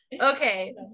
Okay